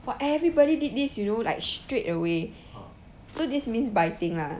!wah! everybody did this you know like straight away so this means biting ah